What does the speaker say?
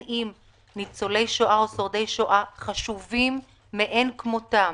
הנושא של ניצולי שואה או שורדי שואה חשוב מאין כמותו,